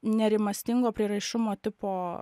nerimastingo prieraišumo tipo